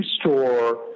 store